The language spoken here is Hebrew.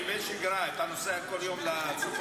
בימי שגרה אתה נוסע כל יום לצפון?